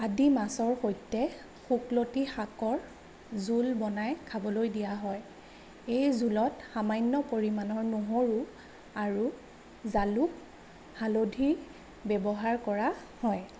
আদি মাছৰ সৈতে শুকলতি শাকৰ জোল বনাই খাবলৈ দিয়া হয় এই জোলত সামান্য পৰিমাণৰ নহৰু আৰু জালুক হালধি ব্যৱহাৰ কৰা হয়